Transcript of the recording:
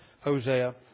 hosea